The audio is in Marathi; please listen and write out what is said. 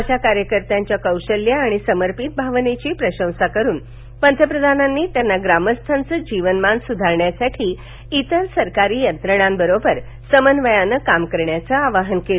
आशा कार्यकर्त्यांच्या कौशल्य आणि समर्पित भावनेची प्रशंसा करून पंतप्रधानांनी त्यांना ग्रामस्थांचं जीवनमान सुधारण्यासाठी इतर सरकारी यंत्रणांबरोबर समन्वयानं काम करण्याचं आवाहन केलं